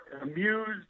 amused